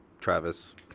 Travis